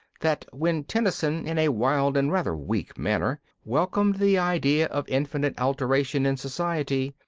that when tennyson, in a wild and rather weak manner, welcomed the idea of infinite alteration in society,